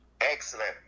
Excellent